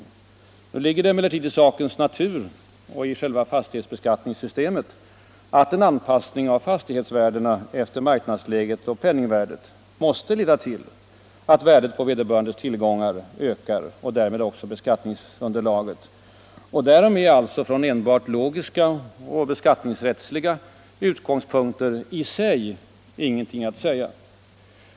G Nu ligger det emellertid i sakens natur och i själva fastighetsbeskattningssystemet att en anpassning av fastighetsvärdena efter marknadsläget och penningvärdet måste leda till att värdet på vederbörandes tillgångar ökar och därmed också beskattningsunderlaget. Därom är alltså från enbart logiska och beskattningsrättsliga utgångspunkter i sig ingenting att säga.